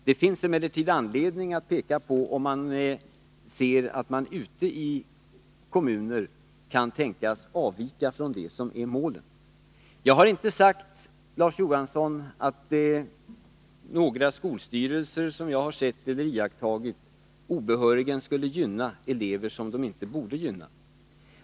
Det finns emellertid anledning att uppmärksamma om man ute i kommuner skulle avvika från uppsatta mål. Jag har inte sagt, Larz Johansson, att jag iakttagit några fall där skolstyrelser obehörigen skulle ha gynnat elever som de inte borde gynna.